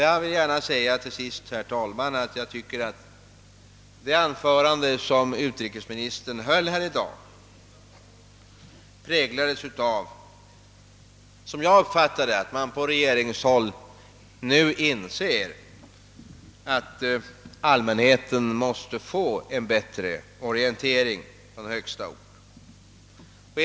Jag vill gärna till sist säga, herr talman, att jag tycker att det anförande som utrikesministern höll här i dag visade att man på regeringshåll nu inser att allmänheten måste få en bättre orientering från högsta ort i dessa frågor.